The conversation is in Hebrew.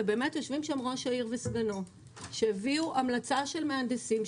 ויושבים שם ראש העיר וסגנו שהביאו המלצה של מהנדסים,